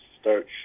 start